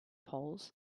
polls